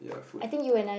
I think you and I